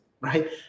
right